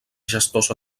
gestors